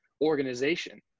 organization